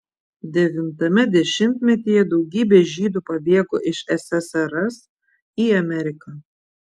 devintame dešimtmetyje daugybė žydų pabėgo iš ssrs į ameriką